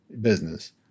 business